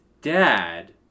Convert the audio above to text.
dad